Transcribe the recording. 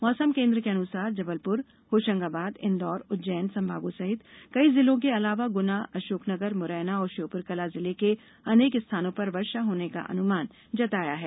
मौसम केन्द्र ने आज जबलपुर होशंगाबाद इन्दौर उज्जैन संभागों के कई जिलों के अलावा गुना अशोकनगर मुरैना और श्योप्रकला जिले के अनेक स्थानों पर वर्षा होने का अनुमान जताया है